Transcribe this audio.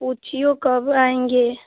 पूछियो कब आएँगे